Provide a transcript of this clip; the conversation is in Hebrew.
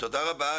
תודה רבה,